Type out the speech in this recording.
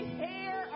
hair